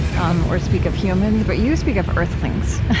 um or speak of humans. but you speak of earthlings.